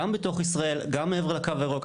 גם בתוך ישראל וגם מעבר לקו הירוק.